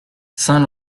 saint